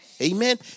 Amen